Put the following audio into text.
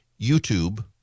YouTube